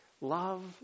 Love